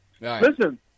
Listen